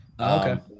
Okay